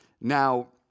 Now